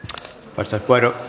arvoisa